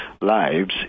lives